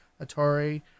Atari